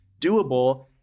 doable